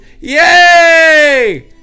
Yay